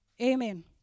Amen